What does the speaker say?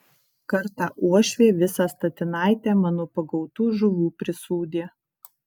kartą uošvė visą statinaitę mano pagautų žuvų prisūdė